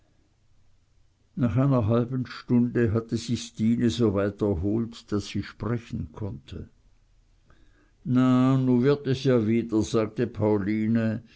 nach einer halben stunde hatte sich stine soweit erholt daß sie sprechen konnte na nu wird es ja wieder sagte pauline